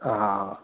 हा